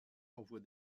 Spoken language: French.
envoie